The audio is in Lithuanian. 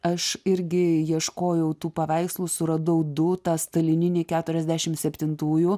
aš irgi ieškojau tų paveikslų suradau duta stalininį keturiasdešimt septintųjų